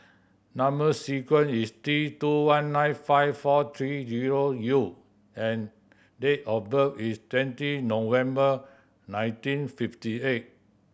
number sequence is T two one nine five four three zero U and date of birth is twenty November nineteen fifty eight